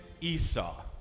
Esau